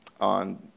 on